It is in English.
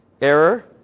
error